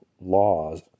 laws